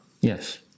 Yes